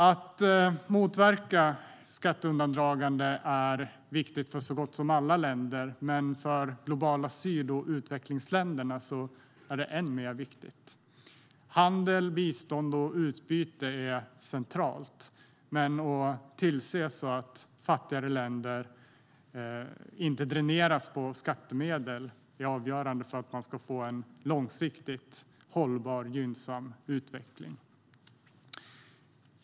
Att motverka skatteundandragande är viktigt för så gott som alla länder, men för de globala syd och utvecklingsländerna är det än mer viktigt. Handel, bistånd och utbyte är centralt, och att tillse att fattigare länder inte dräneras på skattemedel är avgörande för en långsiktigt hållbar och gynnsam utveckling.